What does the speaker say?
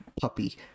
puppy